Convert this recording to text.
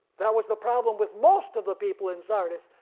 that was the problem with most of the people in sardis,